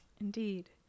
Indeed